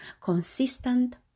consistent